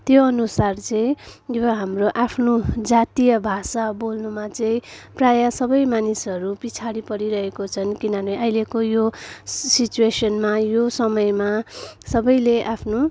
त्यो अनुसार चाहिँ यो हाम्रो आफ्नो जातीय भाषा बोल्नुमा चाहिँ प्रायः सबै मानिसहरू पछाडि परिरहेको छन् किनभने अहिलेको यो सिचवेसनमा यो समयमा सबैले आफ्नो